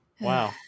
Wow